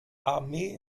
armee